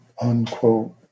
unquote